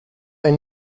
they